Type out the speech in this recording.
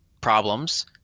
problems